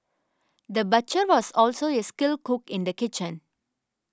the butcher was also a skilled cook in the kitchen